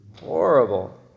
Horrible